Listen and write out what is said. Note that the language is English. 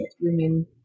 women